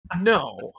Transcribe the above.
No